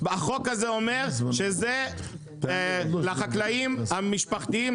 החוק הזה הוא גזר דין מוות עבור החקלאים המשפחתיים.